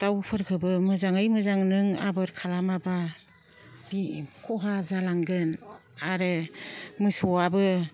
दाउफोरखौबो मोजाङै मोजां नों आबोर खालामाबा बे खहा जालांगोन आरो मोसौआबो